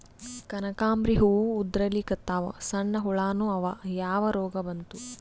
ಕನಕಾಂಬ್ರಿ ಹೂ ಉದ್ರಲಿಕತ್ತಾವ, ಸಣ್ಣ ಹುಳಾನೂ ಅವಾ, ಯಾ ರೋಗಾ ಬಂತು?